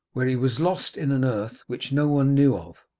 where he was lost in an earth which no one knew of.